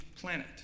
planet